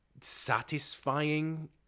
satisfying